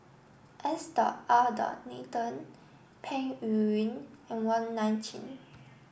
S R Nathan Peng Yuyun and Wong Nai Chin